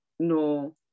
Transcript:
No